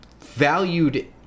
valued